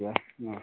दस नौ